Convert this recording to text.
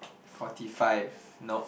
forty five nope